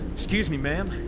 excuse me, ma'am,